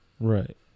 Right